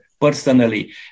personally